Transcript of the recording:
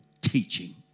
teaching